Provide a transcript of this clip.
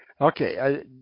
Okay